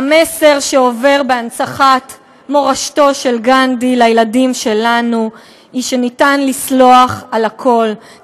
המסר שעובר בהנצחת מורשתו של גנדי לילדים שלנו הוא שאפשר לסלוח על הכול,